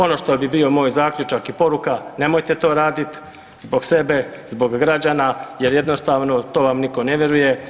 Ono što bi bio moj zaključak i poruka nemojte to raditi, zbog sebe, zbog građana jer jednostavno to vam nitko ne vjeruje.